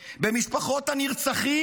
במשפחות הנרצחים,